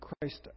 Christ